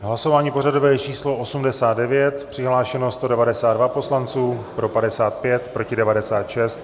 V hlasování pořadové číslo 89 přihlášeni 192 poslanci, pro 55, proti 96.